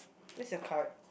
where's your card